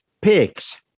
pigs